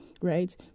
right